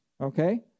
okay